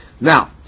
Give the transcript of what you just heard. Now